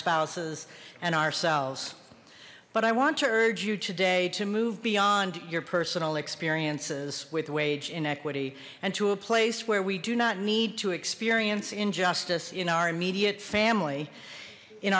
spouses and ourselves but i want to urge you today to move beyond your personal experiences with wage inequity and to a place where we do not need to experience injustice in our immediate family in